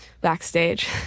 backstage